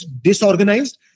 disorganized